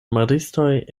maristoj